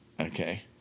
Okay